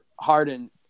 Harden